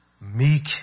meek